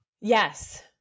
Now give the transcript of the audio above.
Yes